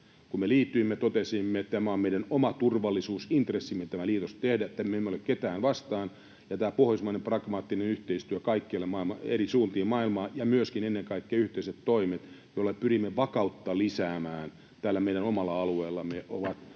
Kun me liityimme, totesimme, että on meidän oma turvallisuusintressimme tämä liitos tehdä, että emme ole ketään vastaan, ja tämä pohjoismainen pragmaattinen yhteistyö kaikkialle eri suuntiin maailmaa ja myöskin ennen kaikkea yhteiset toimet, joilla pyrimme vakautta lisäämään täällä meidän omalla alueellamme, ovat